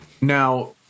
Now